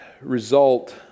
result